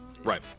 Right